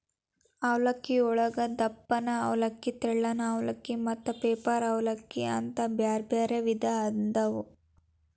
ಅವಲಕ್ಕಿಯೊಳಗ ದಪ್ಪನ ಅವಲಕ್ಕಿ, ತೆಳ್ಳನ ಅವಲಕ್ಕಿ, ಮತ್ತ ಪೇಪರ್ ಅವಲಲಕ್ಕಿ ಅಂತ ಬ್ಯಾರ್ಬ್ಯಾರೇ ವಿಧ ಅದಾವು